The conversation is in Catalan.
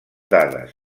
dades